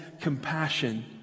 compassion